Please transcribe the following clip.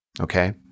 Okay